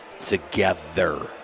together